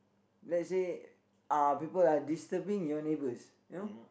let's say uh people are disturbing your neighbours you know